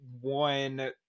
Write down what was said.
one